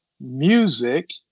music